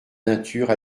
nature